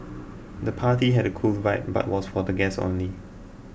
the party had a cool vibe but was for the guests only